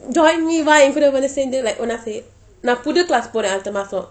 join me ஒன்னா சேர்ந்து:onna sernthu like நான் புது:naan puthu class போறேன்:poraen